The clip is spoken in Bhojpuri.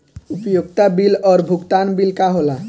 उपयोगिता बिल और भुगतान बिल का होला?